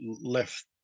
left